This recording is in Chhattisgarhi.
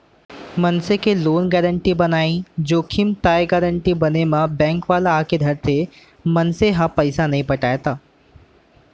मनसे के लोन गारेंटर बनई जोखिम ताय गारेंटर बने म बेंक वाले आके धरथे, मनसे ह पइसा नइ पटाय त